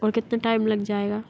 और कितना टाइम लग जाएगा